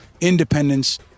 Independence